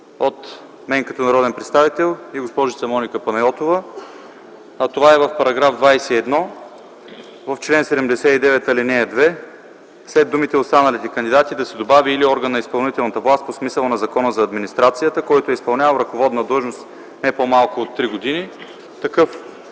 от мен, като народен представител и госпожица Моника Панайотова, а това е в § 21 - в чл. 79, ал. 2 след думите „останалите кандидати” да се добави „или орган на изпълнителната власт по смисъла на Закона за администрацията, който е изпълнявал ръководна длъжност не по малко от три години”.